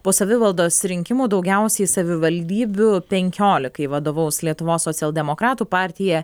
po savivaldos rinkimų daugiausiai savivaldybių penkiolikai vadovaus lietuvos socialdemokratų partija